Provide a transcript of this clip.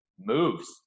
moves